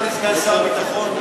אדוני סגן שר הביטחון,